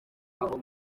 aho